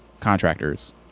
Contractors